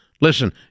Listen